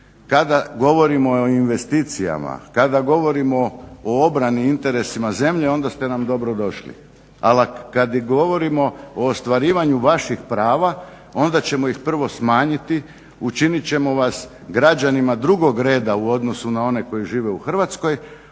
Kada govorimo o investicijama, kada govorimo o obrani interesima zemlje onda ste nam dobrodošli, ali kada govorimo o ostvarivanju vaših prava onda ćemo ih prvo smanjiti učinit ćemo vas građanima drugog reda u odnosu na one koji žive u Hrvatskoj,